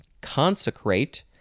Consecrate